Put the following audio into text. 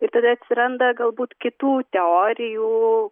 ir tada atsiranda galbūt kitų teorijų